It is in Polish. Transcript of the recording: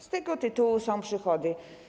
Z tego tytułu są przychody.